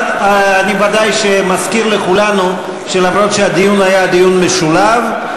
אני ודאי מזכיר לכולנו שאף שהדיון היה דיון משולב,